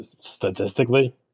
statistically